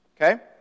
Okay